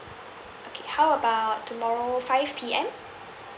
okay how about tomorrow five P_M